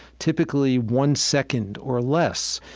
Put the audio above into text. typically one second or less.